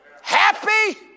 happy